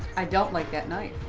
i don't like that knife.